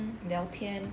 聊天